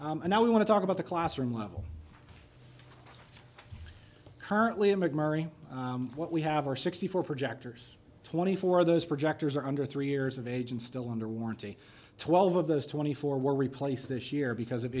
s and now we want to talk about the classroom level currently in mcmurry what we have are sixty four projectors twenty four of those projectors are under three years of age and still under warranty twelve of those twenty four were replaced this year because of